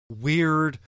weird